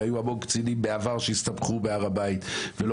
היו המון קצינים בעבר שהסתבכו בהר הבית ולא